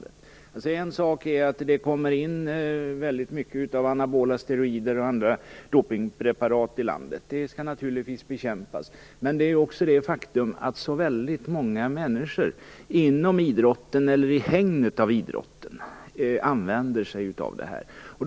Det är en sak att det kommer in väldigt mycket anabola steroider och andra dopningspreparat i landet, vilket naturligtvis skall bekämpas. Men det är också ett faktum att väldigt många människor inom idrotten, eller i hägn av idrotten, använder sig av dessa preparat.